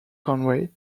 conway